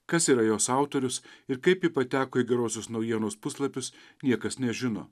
kas yra jos autorius ir kaip ji pateko į gerosios naujienos puslapius niekas nežino